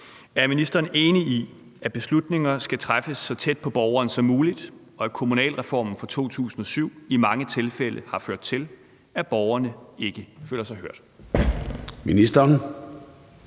Er ministeren enig i, at beslutninger skal træffes så tæt på borgeren som muligt, og at kommunalreformen fra 2007 i mange tilfælde har ført til, at borgerne ikke føler sig hørt?